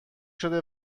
شده